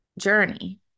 journey